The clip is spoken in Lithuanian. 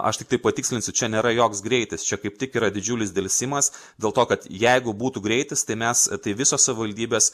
aš tiktai patikslinsiu čia nėra joks greitis čia kaip tik yra didžiulis delsimas dėl to kad jeigu būtų greitis tai mes tai visos savivaldybės